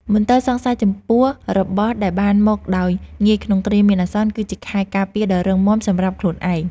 មន្ទិលសង្ស័យចំពោះរបស់ដែលបានមកដោយងាយក្នុងគ្រាមានអាសន្ន គឺជាខែលការពារដ៏រឹងមាំសម្រាប់ខ្លួនឯង។